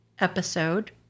episode